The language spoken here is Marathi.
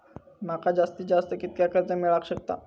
माका जास्तीत जास्त कितक्या कर्ज मेलाक शकता?